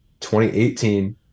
2018